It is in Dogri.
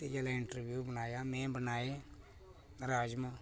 ते एह् जेल्लै इंटरव्यू होआ में बनाए राजमां